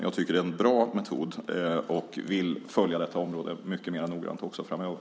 Jag tycker att det är en bra metod, och jag vill följa detta område noggrant också framöver.